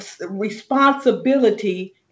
responsibility